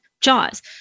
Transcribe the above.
JAWS